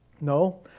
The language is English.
No